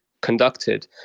conducted